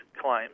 claims